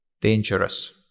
dangerous